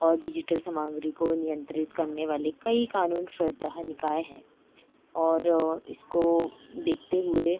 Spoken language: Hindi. और डिजिटल सामग्री को नियंत्रित करने वाले कई क़ानून श्रोता निकाई है और इसको देखते हुए